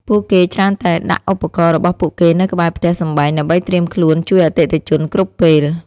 ពួកគេច្រើនតែដាក់ឧបករណ៍របស់ពួកគេនៅក្បែរផ្ទះសម្បែងដើម្បីត្រៀមខ្លួនជួយអតិថិជនគ្រប់ពេល។